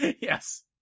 Yes